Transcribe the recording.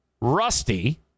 Rusty